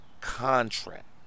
Contract